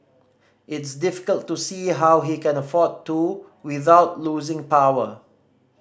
it's difficult to see how he can afford to without losing power